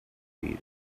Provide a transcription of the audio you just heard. leave